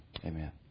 Amen